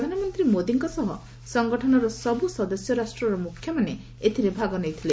ପ୍ରଧାନମନ୍ତ୍ରୀ ମୋଦିଙ୍କ ସହ ସଂଗଠନର ସବୁ ସଦସ୍ୟ ରାଷ୍ଟ୍ରର ମୁଖ୍ୟମାନେ ଏଥିରେ ଭାଗ ନେଇଥିଲେ